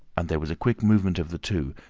and there was a quick movement of the two,